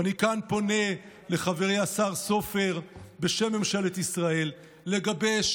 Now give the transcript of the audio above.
אני פונה כאן לחברי השר סופר בשם ממשלת ישראל לגבש